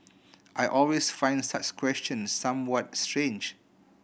I always find such questions somewhat strange